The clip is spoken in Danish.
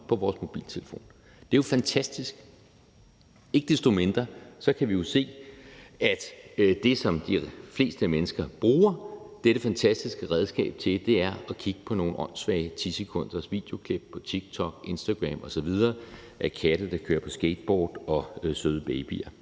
på vores mobiltelefon. Det er jo fantastisk. Ikke desto mindre kan vi jo se, at det, som de fleste mennesker bruger dette fantastiske redskab til, er at kigge på nogle åndssvage 10-sekundersvideoklip på TikTok, Instagram osv. af katte, der kører på skateboard, og søde babyer